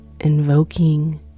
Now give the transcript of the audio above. invoking